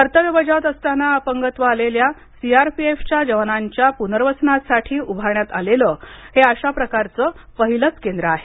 कर्तव्य बजावत असताना अपंगत्व आलेल्या सीआरपीएफच्या जवानांच्या पुनर्वसनासाठी उभारण्यात आलेलं हे अशा प्रकारच पहिलच केंद्र आहे